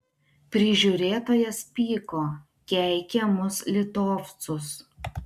prižiūrėtojas pyko keikė mus litovcus